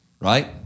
Right